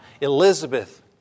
Elizabeth